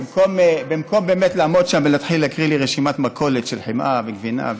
במקום באמת לעמוד שם ולהתחיל להקריא לי רשימת מכולת של חמאה וגבינה,